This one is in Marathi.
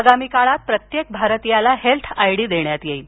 आगामी काळात प्रत्येक भारतियाला हेल्थ आयडी देण्यात येईल